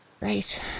Right